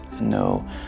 no